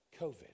COVID